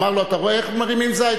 אמר לו: אתה רואה איך מרימים זית?